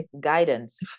guidance